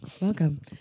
welcome